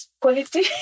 quality